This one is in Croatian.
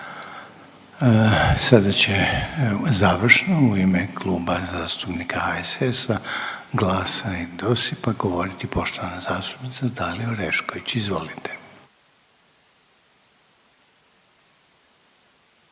Sada će završno u ime Kluba zastupnika HSS-a, GLAS-a i DOSIP-a govoriti poštovana zastupnica Dalija Orešković, izvolite.